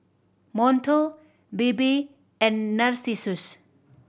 Monto Bebe and Narcissus